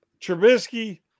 Trubisky